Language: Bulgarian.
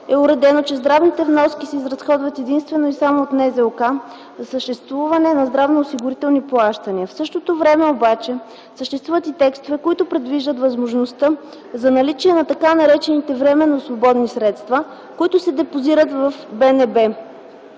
е уредено, че здравните вноски се изразходват единствено и само от НЗОК за осъществяване на здравноосигурителни плащания. В същото време обаче съществуват и текстове, които предвиждат възможността за наличие на така наречените „временно свободни средства”, които се депозират в БНБ.